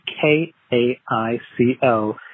K-A-I-C-O